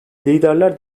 liderler